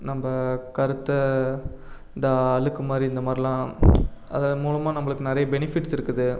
நம்ம கருத்தை இந்த அழுக்கு மாதிரி இந்த மாதிரில்லாம் அதன் மூலமாக நம்மளுக்கு நிறைய பெனிஃபிட்ஸ் இருக்குது